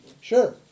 sure